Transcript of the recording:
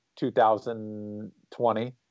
2020